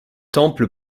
temple